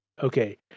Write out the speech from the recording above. Okay